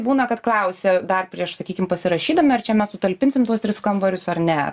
būna kad klausia dar prieš sakykim pasirašydami ar čia mes sutalpinsim tuos tris kambarius ar ne